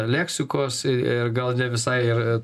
leksikos ir ir gal ne visai ir